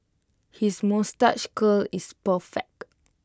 his moustache curl is perfect